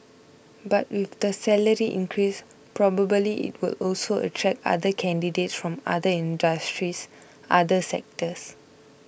but with the salary increase probably it will also attract other candidates from other industries other sectors